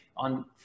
on